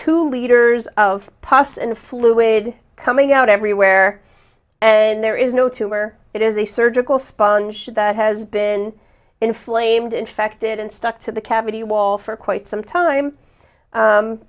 two liters of pasta and fluid coming out everywhere and there is no tumor it is a surgical sponge that has been inflamed infected and stuck to the cavity wall for quite some time